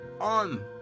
on